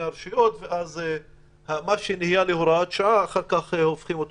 הרשויות והופכים את מה שהיה בהוראת שעה למשהו קבוע.